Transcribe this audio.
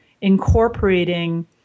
incorporating